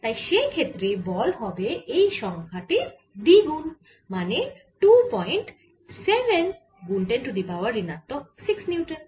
তাই সে ক্ষেত্রে বল হবে এই সংখ্যা টির দ্বিগুন মানে 270 গুন 10 টু দি পাওয়ার ঋণাত্মক 6 নিউটন